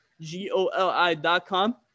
G-O-L-I.com